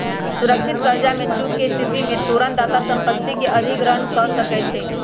सुरक्षित करजा में चूक के स्थिति में तोरण दाता संपत्ति के अधिग्रहण कऽ सकै छइ